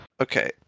Okay